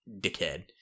dickhead